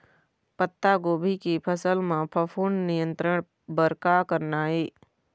पत्तागोभी के फसल म फफूंद नियंत्रण बर का करना ये?